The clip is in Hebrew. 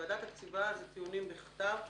וועדת הקציבה זה טיעונים בכתב,